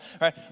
right